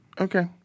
Okay